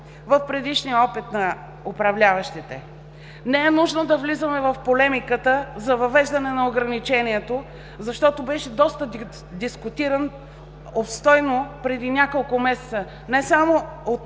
в предишния опит на управляващите. Не е нужно да влизаме в полемиката за въвеждане на ограничението, защото беше доста дискутиран, обстойно преди няколко месеца, не само от